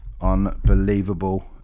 unbelievable